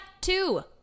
two